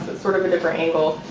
sort of a different angle,